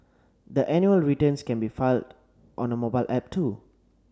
the annual returns can be filed on a mobile app too